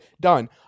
Done